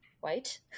white